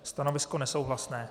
Stanovisko nesouhlasné.